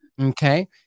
Okay